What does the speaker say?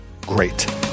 great